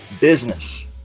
business